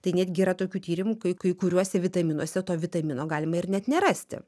tai netgi yra tokių tyrimų kai kuriuose vitaminuose to vitamino galima ir net nerasti